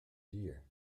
dear